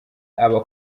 aba